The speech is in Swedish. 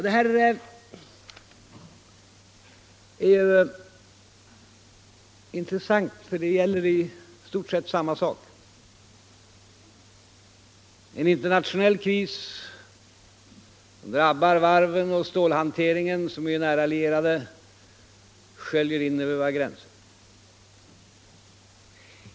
De här fallen är intressanta, för de gäller i stort sett samma sak. En internationell kris för varven och stålhanteringen, som är nära lierade, sköljer in över våra gränser.